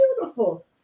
beautiful